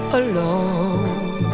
alone